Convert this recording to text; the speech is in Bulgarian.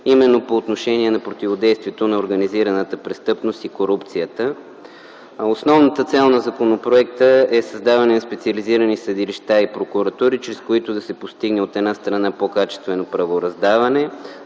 именно по отношение на противодействието на организираната престъпност и корупцията. Основната цел на законопроекта е създаване на специализирани съдилища и прокуратури, чрез които да се постигне от една страна по-качествено правораздаване,